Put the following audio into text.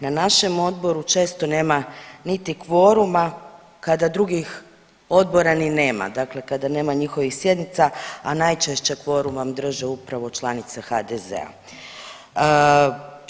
Na našem odboru često nema niti kvoruma kada drugih odbora ni nema, dakle kada nema njihovih sjednica, a najčešće kvorum vam drže upravo članice HDZ-a.